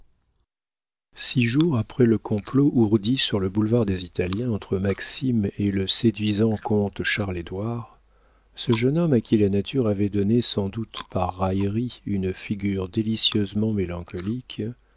six jours après le complot ourdi sur le boulevard des italiens entre maxime et le séduisant comte charles édouard ce jeune homme à qui la nature avait donné sans doute par raillerie une figure délicieusement mélancolique